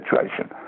situation